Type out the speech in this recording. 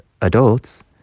adults